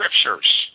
scriptures